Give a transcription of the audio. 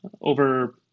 over